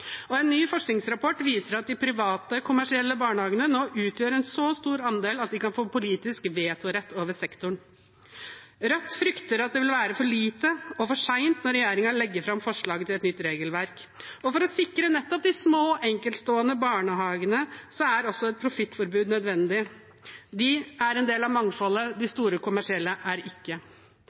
En ny forskningsrapport viser at de private kommersielle barnehagene nå utgjør en så stor andel at de kan få politisk vetorett over sektoren. Rødt frykter at det vil være for lite og for sent når regjeringen legger fram forslaget til et nytt regelverk, og for å sikre nettopp de små, enkeltstående barnehagene er et profittforbud nødvendig. De er en del av mangfoldet – de store kommersielle er det ikke.